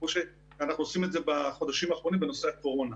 כמו שאנחנו עושים בחודשים האחרונים בנושא קורונה.